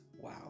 Wow